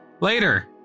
Later